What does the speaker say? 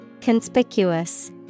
Conspicuous